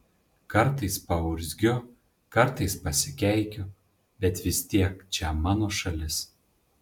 kartais paurzgiu kartais pasikeikiu bet vis tiek čia mano šalis